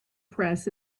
press